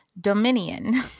Dominion